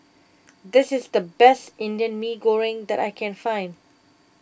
this is the best Indian Mee Goreng that I can find